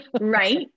Right